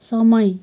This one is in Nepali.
समय